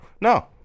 No